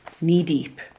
knee-deep